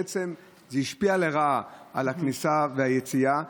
זה בעצם השפיע לרעה על הכניסה והיציאה,